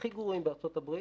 הכי גרועים בארצות הברית,